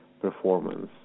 performance